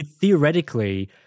Theoretically